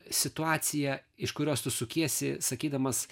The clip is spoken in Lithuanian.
situacija iš kurios tu sukiesi sakydamas